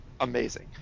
amazing